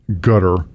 gutter